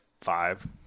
five